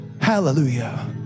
Hallelujah